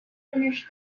finish